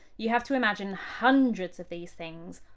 you have to imagine hundreds of these things,